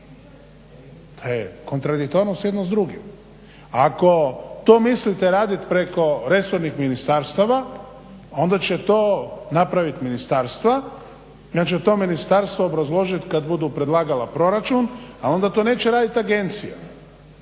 To je kontradiktornost jedno s drugim. Ako to mislite raditi preko resornih ministarstava onda će to napraviti ministarstva i onda će to ministarstvo obrazložit kad budu predlagala proračun al onda to neće radit agencija